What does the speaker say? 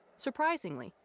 surprisingly,